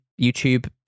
YouTube